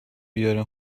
بیارین